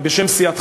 בא בשם סיעתך,